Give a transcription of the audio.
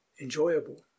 enjoyable